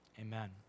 Amen